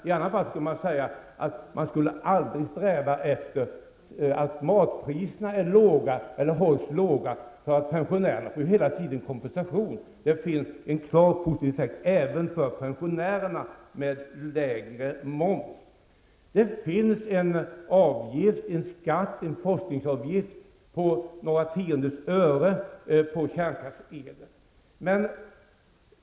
I annat fall skulle man säga att man aldrig behöver sträva efter att hålla matpriserna låga, för pensionärerna får ju hela tiden kompensation. Lägre moms ger en klart positiv effekt även för pensionärerna. Det finns en skatt, en forskningsavgift, på några tiondels öre på kärnkraftselen.